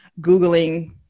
googling